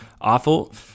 Awful